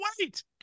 wait